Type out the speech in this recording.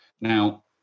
Now